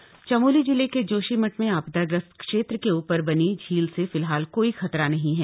आपदा पर बैठक चमोली जिले के जोशीमठ में आपदाग्रस्त क्षेत्र के ऊपर बनी झील से फिलहाल कोई खतरा नहीं है